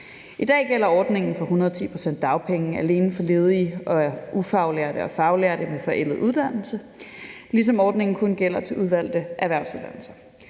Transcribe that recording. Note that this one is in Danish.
I dag gælder ordningen på 110 pct. af dagpenge alene for ledige og ufaglærte og faglærte med forældede uddannelser, ligesom ordningen kun gælder til udvalgte erhvervsuddannelser.